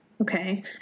Okay